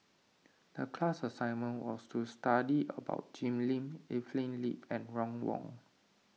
the class assignment was to study about Jim Lim Evelyn Lip and Ron Wong